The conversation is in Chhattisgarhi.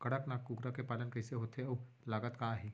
कड़कनाथ कुकरा के पालन कइसे होथे अऊ लागत का आही?